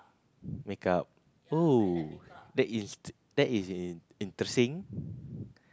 makeup oh that is that is in~ interesting